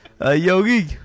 Yogi